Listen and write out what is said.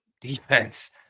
defense